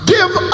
give